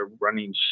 running